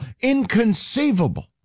Inconceivable